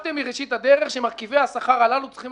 חשבתם מראשית הדרך שמרכיבי השכר הללו צריכים